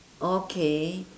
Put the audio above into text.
okay